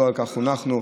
לא על כך חונכנו.